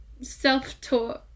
self-taught